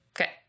Okay